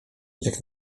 jak